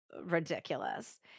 ridiculous